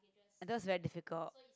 just very difficult